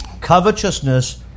Covetousness